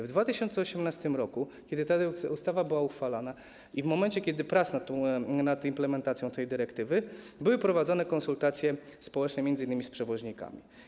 W 2018 r., kiedy ta ustawa była uchwalana, i w momencie prac nad implementacją tej dyrektywy były prowadzone konsultacje społeczne m.in. z przewoźnikami.